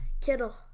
Kittle